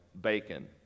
bacon